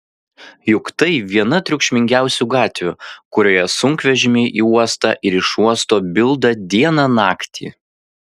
juk tai viena triukšmingiausių gatvių kurioje sunkvežimiai į uostą ir iš uosto bilda dieną naktį